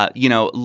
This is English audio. ah you know,